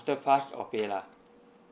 pass or PayLah